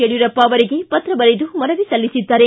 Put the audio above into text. ಯಡಿಯೂರಪ್ಪ ಅವರಿಗೆ ಪತ್ರ ಬರೆದು ಮನವಿ ಸಲ್ಲಿಸಿದ್ದಾರೆ